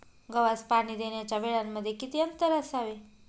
गव्हास पाणी देण्याच्या वेळांमध्ये किती अंतर असावे?